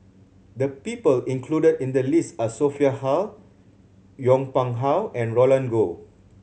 the people included in the list are Sophia Hull Yong Pung How and Roland Goh